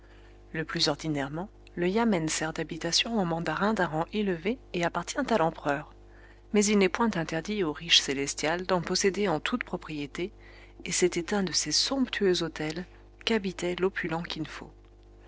le plus ordinairement le yamen sert d'habitation aux mandarins d'un rang élevé et appartient à l'empereur mais il n'est point interdit aux riches célestials d'en posséder en toute propriété et c'était un de ces somptueux hôtels qu'habitait l'opulent kin fo wang